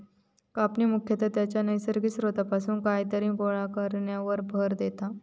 कापणी मुख्यतः त्याच्या नैसर्गिक स्त्रोतापासून कायतरी गोळा करण्यावर भर देता